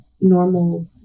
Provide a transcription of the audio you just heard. normal